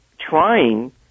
trying